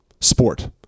sport